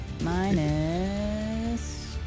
minus